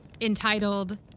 entitled